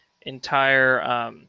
entire